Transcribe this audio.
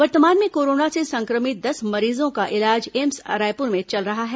वर्तमान में कोरोना से संक्रमित दस मरीजों का इलाज एम्स रायपुर में चल रहा है